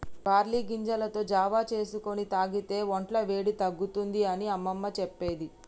barley గింజలతో జావా చేసుకొని తాగితే వొంట్ల వేడి తగ్గుతుంది అని అమ్మమ్మ చెప్పేది